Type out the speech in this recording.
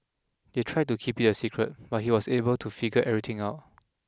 they tried to keep it a secret but he was able to figure everything out